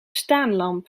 staanlamp